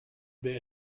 wer